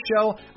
show